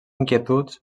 inquietuds